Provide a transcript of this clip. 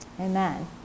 Amen